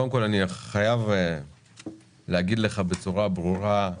קודם כול, אני חייב להגיד לך בצורה ברורה,